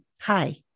hi